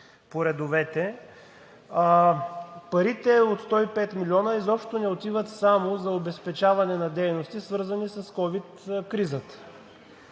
парите от 105 милиона изобщо не отиват само за обезпечаване на дейности, свързани с ковид кризата.